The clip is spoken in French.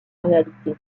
réalité